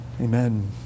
Amen